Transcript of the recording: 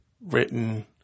written